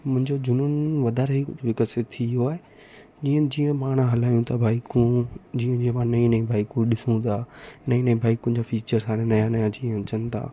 मुंहिंजो जुनून वधारे ई कुझु विकसित थी वियो आहे जीअं जीअं पाणि हलायूं था बाइकूं जीअं जीअं पाणि नईं नईं बाइकूं ॾिसूं था नईं नईं बाइकुनि जो फ़ीचर हाणे नवां नवां जीअं अचनि था